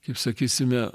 kaip sakysime